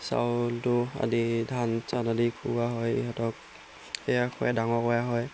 চাউল তুঁহ আদি ধান চান আদি খুওৱা হয় ইহঁতক এয়া খুৱাই ডাঙৰ কৰা হয়